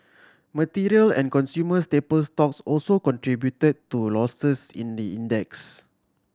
material and consumer staple stocks also contributed to losses in the index